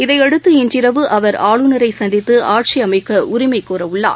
இதையடுத்து இன்றிரவு அவர் ஆளுநரை சந்தித்து ஆட்சி அமைக்க உரிமை கோரவுள்ளார்